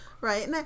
Right